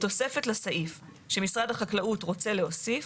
תוספת לסעיף שמשרד החקלאות רוצה להוסיף.